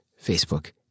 Facebook